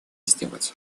сделать